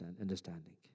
understanding